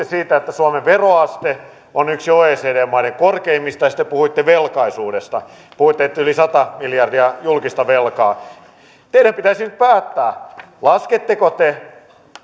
siitä että suomen veroaste on yksi oecd maiden korkeimmista ja sitten puhuitte velkaisuudesta puhuitte että on yli sata miljardia julkista velkaa teidän pitäisi nyt päättää lasketteko te